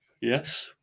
Yes